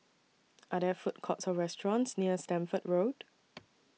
Are There Food Courts Or restaurants near Stamford Road